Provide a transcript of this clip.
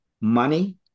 money